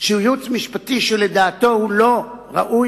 שהוא ייעוץ משפטי שלדעתו הוא לא ראוי